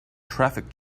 traffic